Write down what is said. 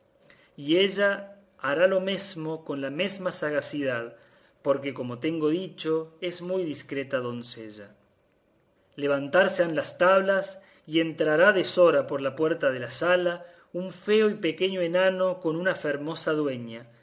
y ella hará lo mesmo con la mesma sagacidad porque como tengo dicho es muy discreta doncella levantarse han las tablas y entrará a deshora por la puerta de la sala un feo y pequeño enano con una fermosa dueña